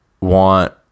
want